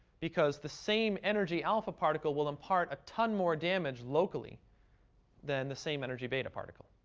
because the same energy alpha particle will impart ton more damage locally than the same energy beta particle.